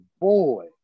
boy